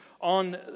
on